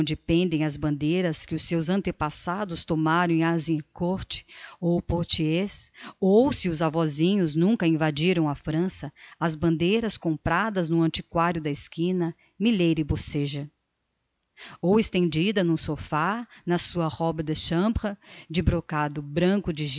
pendem as bandeiras que os seus antepassados tomaram em azincourt ou poitiers ou se os avósinhos nunca invadiram a frança as bandeiras compradas no antiquario da esquina mylady boceja ou estendida n'um sofá na sua robe de chambre de brocado branco de